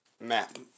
map